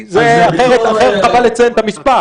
אחרת חבל לציין את המס'.